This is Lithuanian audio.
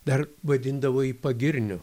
dar vadindavo jį pagirniu